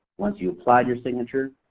once you apply your signature,